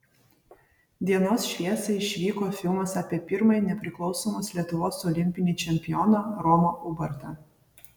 dienos šviesą išvyko filmas apie pirmąjį nepriklausomos lietuvos olimpinį čempioną romą ubartą